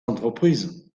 entreprises